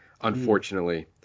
unfortunately